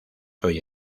hoy